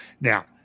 Now